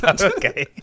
Okay